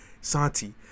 Santi